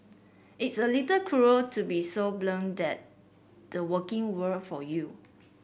it's a little cruel to be so blunt that the working world for you